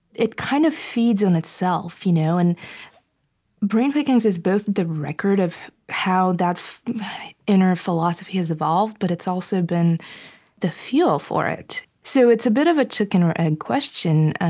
it kind of feeds on itself. you know and brain pickings is both the record of how that inner philosophy has evolved, but it's also been the fuel for it so it's a bit of a chicken or egg question,